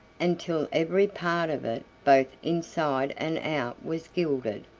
until every part of it both inside and out was gilded.